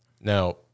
Now